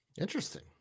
Interesting